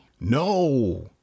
no